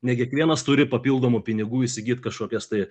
ne kiekvienas turi papildomų pinigų įsigyt kažkokias tai